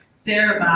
sarah